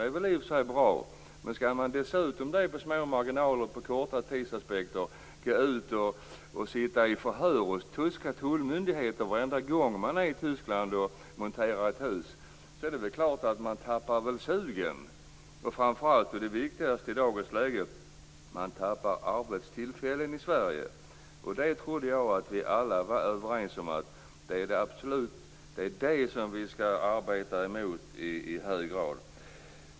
Det är i och för sig bra, men skall man dessutom med små marginaler och korta tidsperspektiv sitta i förhör hos tyska tullmyndigheter varje gång man är i Tyskland och monterar ett hus tappar man självfallet sugen. Det viktigaste i dagens läge är att man tappar arbetstillfällen i Sverige. Jag trodde att vi alla var överens om att det är det som vi i hög grad skall arbeta mot.